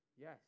Yes